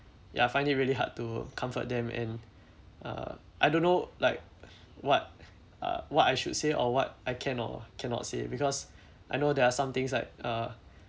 ya I find it really hard to comfort them and uh I don't know like what uh what I should say or what I can or cannot say because I know there are some things like uh